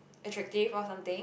it tricky for something